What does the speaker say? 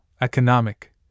economic